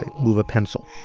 move a pencil